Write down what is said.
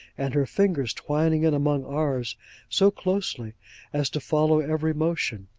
and her fingers twining in among ours so closely as to follow every motion,